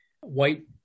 white